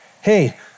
hey